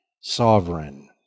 sovereign